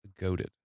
goaded